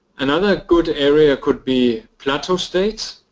another good area could be plateau state,